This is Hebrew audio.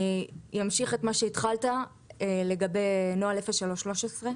אמשיך את מה שהתחלת לגבי נוהל 03-13,